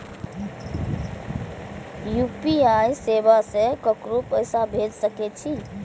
UPI सेवा से ककरो पैसा भेज सके छी?